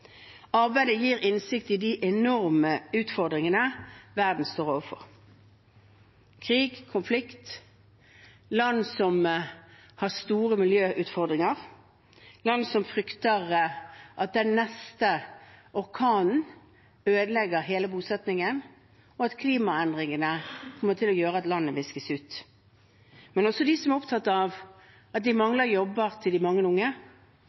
Arbeidet gir innsikt i de enorme utfordringene verden står overfor: krig og konflikt, land som har store miljøutfordringer, land som frykter at den neste orkanen ødelegger hele bosettingen, og at klimaendringene kommer til å gjøre at landet viskes ut, men også de som er opptatt av at de mangler jobber til de mange unge,